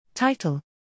Title